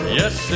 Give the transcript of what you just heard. yes